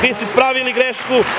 Vi ste ispravili grešku.